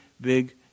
big